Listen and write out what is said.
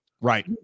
Right